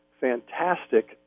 fantastic